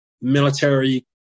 military